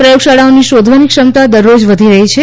પ્રયોગશાળાઓની શોધવાની ક્ષમતા દરરોજ વધી રહી છે